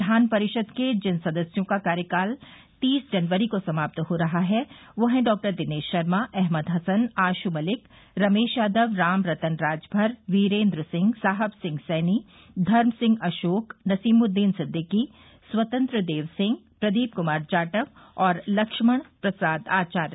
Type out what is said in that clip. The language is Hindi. विधान परिषद के जिन सदस्यों का कार्यकाल तीस जनवरी को समाप्त हो रहा है वह है डॉ दिनेश शर्मा अहमद हसन आश् मलिक रमेश यादव राम रतन राजभर वीरेन्द्र सिंह साहब सिंह सैनी धर्म सिंह अशोक नसीमुद्दीन सिद्दीकी स्वतंत्र देव सिंह प्रदीप कुमार जाटव और लक्ष्मण प्रसाद आचार्य